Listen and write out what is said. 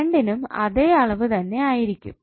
കരണ്ടിനും അതെ അളവ് തന്നെ ആയിരിക്കും